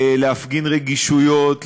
להפגין רגישות,